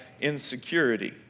insecurity